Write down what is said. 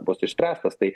bus išspręstas tai